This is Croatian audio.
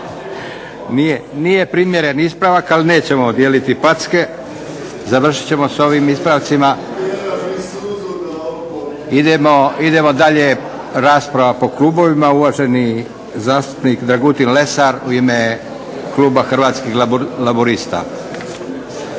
Nije primjeren ispravak, ali nećemo dijeliti packe. Završit ćemo sa ovim ispravcima. Idemo dalje. Rasprava po klubovima. Uvaženi zastupnik Dragutin Lesar, u ime kluba Hrvatskih laburista.